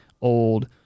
old